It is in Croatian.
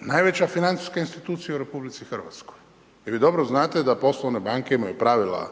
najveća financijska institucija u RH. I vi dobro znate da poslovne banke imaju pravila